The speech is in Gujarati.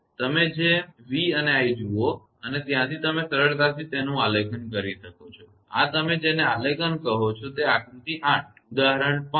તમે તે v અને i જુઓ અને ત્યાંથી તમે સરળતાથી તેનું આલેખન કરી શકો છો આ તમે જેને આલેખન કહો છો તે આકૃતિ 8 ઉદાહરણ 5